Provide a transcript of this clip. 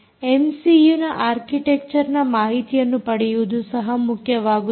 ಎಮ್ಸಿಯೂನ ಆರ್ಕಿಟೆಕ್ಚರ್ನ ಮಾಹಿತಿಯನ್ನು ಪಡೆಯುವುದು ಸಹ ಮುಖ್ಯವಾಗುತ್ತದೆ